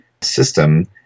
system